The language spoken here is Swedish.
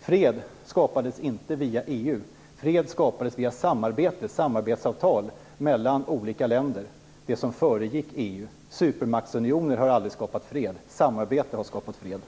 Fred skapades ju inte via EU. Fred skapades via samarbete och samarbetsavtal mellan olika länder - det som föregick EU. Supermaktsunioner har aldrig skapat fred. Samarbete har skapat fred.